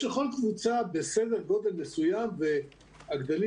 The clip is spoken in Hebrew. יש לכל קבוצה בסדר גודל מסוים והגדלים